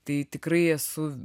tai tikrai esu